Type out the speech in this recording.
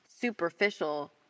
superficial